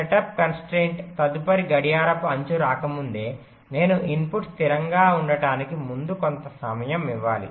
setup constraint తదుపరి గడియారపు అంచు రాకముందే నేను ఇన్పుట్ స్థిరంగా ఉండటానికి ముందు కొంత సమయం ఇవ్వాలి